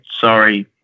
Sorry